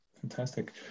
Fantastic